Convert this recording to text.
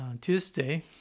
Tuesday